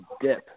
dip